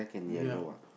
ya